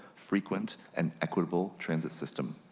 frequent and equitable transit system.